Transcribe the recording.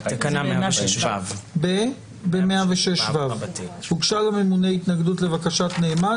בתקנה 106ו. "הוגשה לממונה התנגדות לבקשת נאמן,